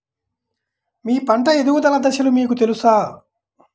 మీ పంట ఎదుగుదల దశలు మీకు తెలుసా?